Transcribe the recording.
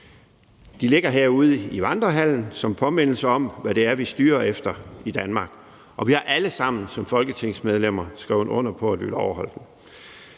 Den ligger herude i Vandrehallen som en påmindelse om, hvad vi styrer efter i Danmark, og vi har alle sammen som folketingsmedlemmer skrevet under på, at vi vil overholde den.